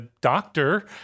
doctor